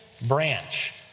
branch